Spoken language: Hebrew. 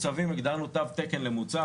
הגדרנו תו תקן למוצב,